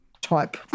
type